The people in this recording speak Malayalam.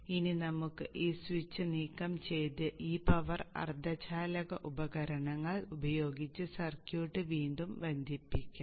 ഇനി നമുക്ക് ഈ സ്വിച്ച് നീക്കം ചെയ്ത് ഈ പവർ അർദ്ധചാലക ഉപകരണങ്ങൾ ഉപയോഗിച്ച് സർക്യൂട്ട് വീണ്ടും ബന്ധിപ്പിക്കാം